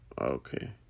okay